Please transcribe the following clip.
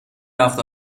رفت